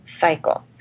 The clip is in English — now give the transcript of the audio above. cycle